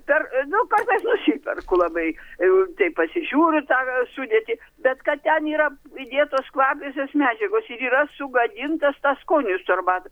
per nu kartais nusiperku labai jau taip pasižiūriu tą sudėtį bet kad ten yra įdėtos kvapiosios medžiagos ir yra sugadintas tas skonis tų arbatų